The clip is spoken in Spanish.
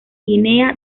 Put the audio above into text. guinea